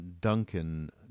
Duncan